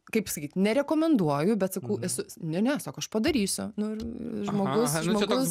kaip sakyt nerekomenduoju bet sakau esu ne ne sako aš padarysiu nu ir žmogus žmogus